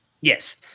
Yes